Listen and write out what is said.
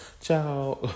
Ciao